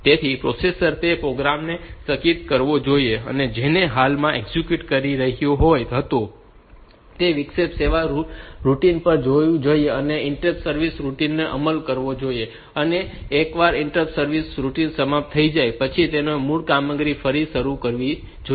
તેથી પ્રોસેસરે તે પ્રોગ્રામ ને સ્થગિત કરવો જોઈએ કે જેને તે હાલમાં એક્ઝિક્યુટ કરી રહ્યો હતો અને તે વિક્ષેપિત સેવા રૂટીન પર જવું જોઈએ અને તેમની ઈન્ટરપ્ટ સર્વિસ રૂટીનનો અમલ કરવો જોઈએ અને એકવાર ઈન્ટરપ્ટ સર્વિસ રૂટીન સમાપ્ત થઈ જાય પછી તેને મૂળ કામગીરી ફરી શરૂ કરવી જોઈએ